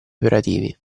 operativi